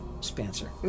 Spencer